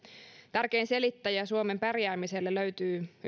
tärkein selittäjä suomen pärjäämiselle löytyy